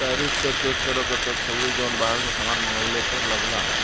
tariff tax एक तरह क टैक्स हउवे जौन बाहर से सामान मंगवले पर लगला